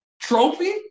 Trophy